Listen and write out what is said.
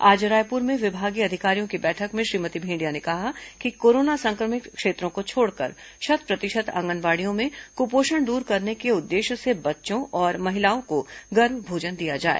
आज रायपुर में विभागीय अधिकारियों की बैठक में श्रीमती भेंडिया ने कहा कि कोरोना संक्रमित क्षेत्रों को छोड़कर शत प्रतिशत आंगनबाड़ियों में कुपोषण दूर करने के उद्देश्य से बच्चों और महिलाओं को गर्म भोजन दिया जाए